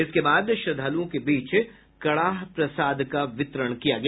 इसके बाद श्रद्धालुओं के बीच कड़ाह प्रसाद का वितरण किया गया